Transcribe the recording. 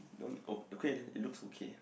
don't o~ okay leh it looks okay